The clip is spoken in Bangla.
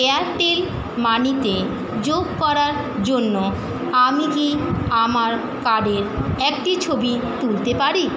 এয়ারটেল মানিতে যোগ করার জন্য আমি কি আমার কার্ডের একটি ছবি তুলতে পারি